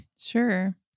Sure